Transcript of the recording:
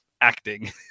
acting